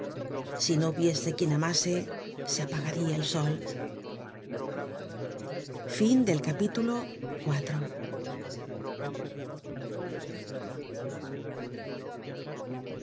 si no hubiera quien amase se apagaria el sol